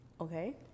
okay